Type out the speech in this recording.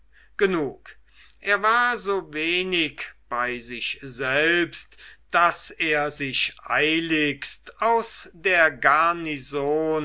genug er war so wenig bei sich selbst daß er sich eiligst aus der